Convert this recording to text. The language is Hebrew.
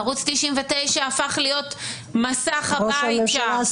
ערוץ 99 הפך להיות מסך הבית שם,